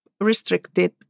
restricted